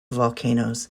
volcanoes